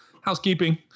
housekeeping